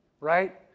right